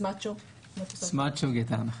סמאצ'ו גטנך.